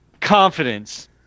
Confidence